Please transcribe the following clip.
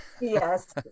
Yes